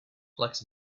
flax